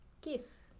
Kiss